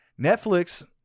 netflix